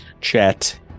chat